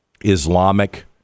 Islamic